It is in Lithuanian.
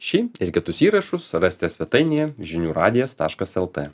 šį ir kitus įrašus rasite svetainėje žinių radijas lt